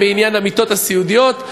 בעניין המיטות הסיעודיות,